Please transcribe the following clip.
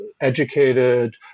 educated